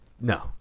no